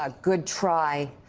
ah good try.